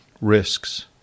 risks